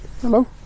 Hello